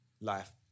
life